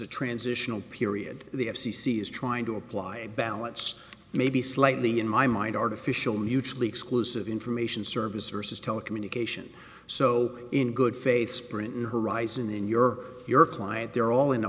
a transitional period the f c c is trying to apply a balance maybe slightly in my mind artificial mutually exclusive information service sources telecommunications so in good faith sprint horizon in your your client they're all in a